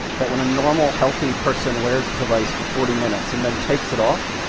that when a normal, healthy person wears the device for forty minutes and then takes it off,